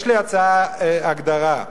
יש לי הצעה להגדרה: